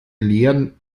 lehren